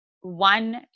one